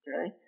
Okay